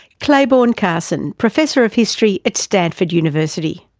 clayborne carson, professor of history at stanford university.